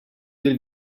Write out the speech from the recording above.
del